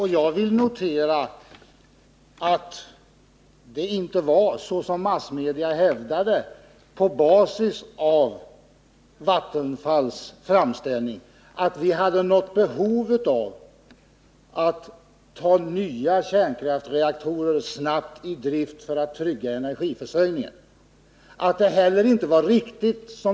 Herr talman! Massmedia hävdade att Vattenfalls framställning hade skett på basis av att vi hade behov av att ta nya kärnkraftreaktorer snabbt i drift för att trygga energiförsörjningen. Så var inte fallet.